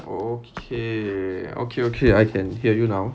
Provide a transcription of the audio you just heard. okay okay okay I can hear you now